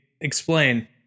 explain